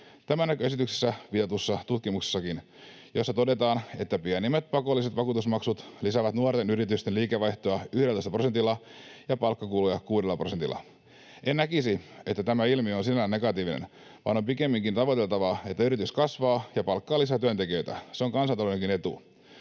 Tämä näkyy esityksessä viitatussa tutkimuksessakin, jossa todetaan, että pienimmät pakolliset vakuutusmaksut lisäävät nuorten yritysten liikevaihtoa 11 prosentilla ja palkkakuluja 6 prosentilla. En näkisi, että tämä ilmiö on sinällään negatiivinen, vaan on pikemminkin tavoiteltavaa, että yritys kasvaa ja palkkaa lisää työntekijöitä — se on kansantaloudenkin etu.